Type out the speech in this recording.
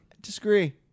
Disagree